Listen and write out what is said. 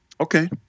Okay